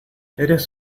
eres